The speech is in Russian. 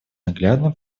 наглядным